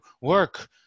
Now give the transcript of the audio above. work